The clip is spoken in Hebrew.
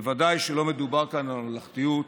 בוודאי שלא מדובר כאן בממלכתיות,